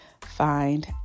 Find